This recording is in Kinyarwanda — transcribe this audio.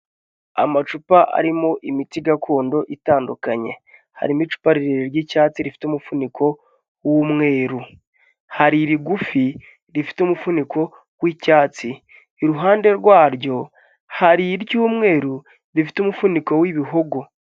Amacupa arimo imiti gakondo itandukanye, harimo icupa rirerire ry'icyatsi rifite umufuniko w'umweru hari irigufi rifite umufuniko w'icyatsi iruhande rwaryo hari iry'umweru rifite umufuniko w'ibihogo.